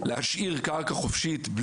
להשאיר קרקע חופשית,